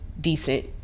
decent